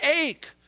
ache